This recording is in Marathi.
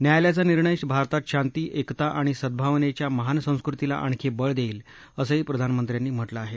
न्यायालयाचा निर्णय भारतात शांती एकता आणि सद्गावनेच्या महान संस्कृतीला आणखी बळ देईल असंही प्रधानमंत्र्यांनी म्हटलं आहे